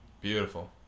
Beautiful